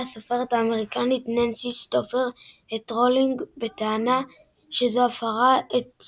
הסופרת האמריקנית ננסי סטופר את רולינג בטענה שזו הפרה את